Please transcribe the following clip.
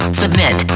submit